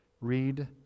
Read